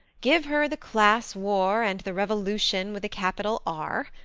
give her the class war and the revolution with a capital r!